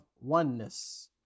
oneness